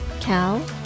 Cal